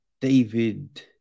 David